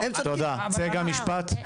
צגה, במשפט, בבקשה.